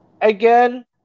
again